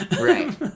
Right